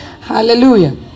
Hallelujah